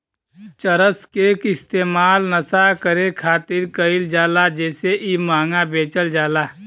चरस के इस्तेमाल नशा करे खातिर कईल जाला जेसे इ महंगा बेचल जाला